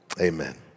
Amen